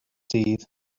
dydd